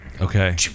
Okay